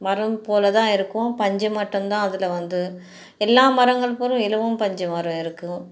மரம் போல் தான் இருக்கும் பஞ்சு மட்டும் தான் அதில் வந்து எல்லா மரங்கள் போலவும் இலவம்பஞ்சு மரம் இருக்கும்